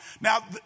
Now